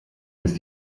ist